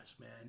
man